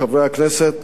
חברי הכנסת,